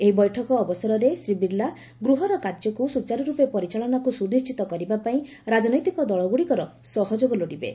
ଏହି ବୈଠକ ଅବସରରେ ଶ୍ରୀ ବିର୍ଲା ଗୃହର କାର୍ଯ୍ୟକୁ ସ୍ୱଚାରୁରୂପେ ପରିଚାଳନାକୁ ସୁନିଣ୍ଚିତ କରିବା ପାଇଁ ରାଜନୈତିକ ଦଳଗୁଡ଼ିକର ସହଯୋଗ ଲୋଡ଼ିବେ